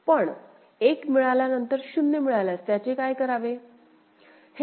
पण 1 मिळाल्यानंतर 0 मिळाल्यास त्याचे काय करावे लागेल